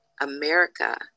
america